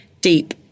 deep